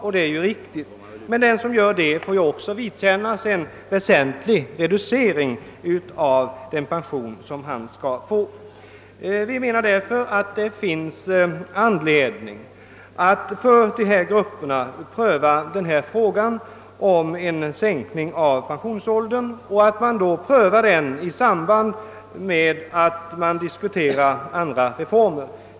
Ja, det är riktigt, men de som gör detta får också vidkännas en väsentlig reducering av pensionen. Vi menar därför att det finns anledning att för dessa grupper till prövning ta upp frågan om en sänkning av pensionsåldern jämsides med att man diskuterar andra reformer.